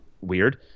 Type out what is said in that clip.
weird